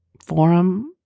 forum